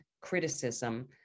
criticism